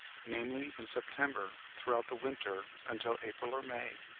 namely, in september, throughout the winter until april or may,